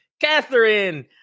Catherine